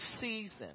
season